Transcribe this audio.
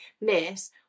miss